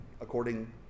according